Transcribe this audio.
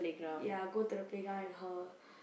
ya go to the playground with her